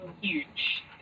huge